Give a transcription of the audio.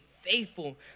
faithful